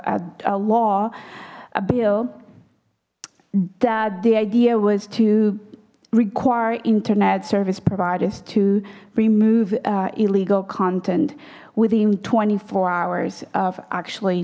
congress a law a bill that the idea was to require internet service providers to remove illegal content within twenty four hours of actually